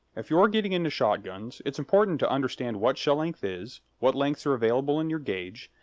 if you're getting into shotguns, it's important to understand what shell length is, what lengths are available in your gauge,